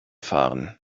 fahren